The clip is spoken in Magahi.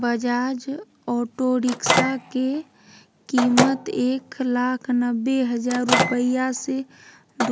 बजाज ऑटो रिक्शा के कीमत एक लाख नब्बे हजार रुपया से